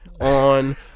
on